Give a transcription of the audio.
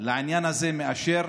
לעניין הזה מאשר